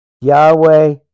Yahweh